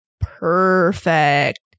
perfect